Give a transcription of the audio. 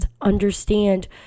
understand